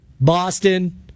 Boston